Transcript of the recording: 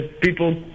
people